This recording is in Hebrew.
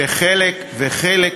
וחלק,